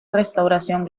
restauración